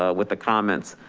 ah with the comments,